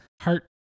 heart